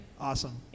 Awesome